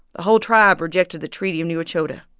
the whole tribe rejected the treaty of new echota,